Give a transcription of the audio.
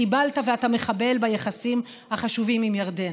חיבלת ואתה מחבל ביחסים החשובים עם ירדן.